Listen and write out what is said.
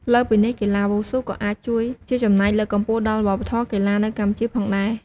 លើសពីនេះ កីឡាវ៉ូស៊ូក៏អាចជួយជាចំណែកលើកកម្ពស់ដល់វប្បធម៌កីឡានៅកម្ពុជាផងដែរ។